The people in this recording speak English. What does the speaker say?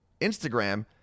Instagram